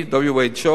WHO,